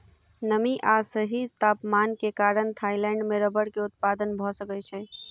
नमी आ सही तापमान के कारण थाईलैंड में रबड़ के उत्पादन भअ सकै छै